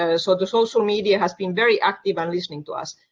ah so the social media has been very active and listening to us.